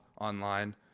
online